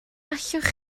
allwch